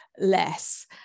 less